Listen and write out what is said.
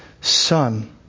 Son